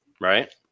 right